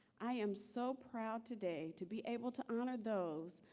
i am so proud today to be able to honor those,